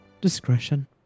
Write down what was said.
discretion